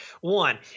One